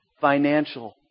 financial